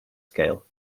scale